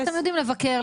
אז אתם יודעים לבקר,